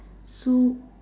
so